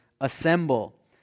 assemble